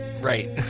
Right